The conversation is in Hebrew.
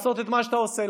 לעשות את מה שאתה עושה,